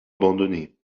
abandonnée